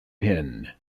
pin